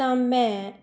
ਤਾਂ ਮੈਂ